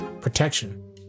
Protection